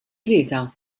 tlieta